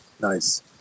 Nice